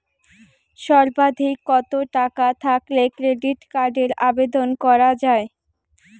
সর্বাধিক কত টাকা থাকলে ক্রেডিট কার্ডের আবেদন করা য়ায়?